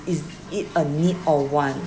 is it a need or want